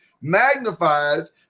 magnifies